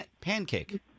Pancake